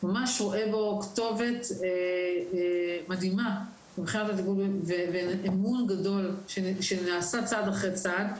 ממש רואה בו כתובת מדהימה ואמון גדול שנעשה צעד אחרי צעד.